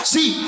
See